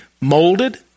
molded